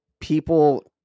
people